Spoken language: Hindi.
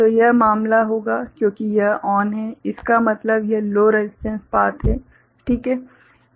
तो यह मामला होगा क्योंकि यह ON है इसका मतलब यह लो रसिस्टेंस पाथ है ठीक है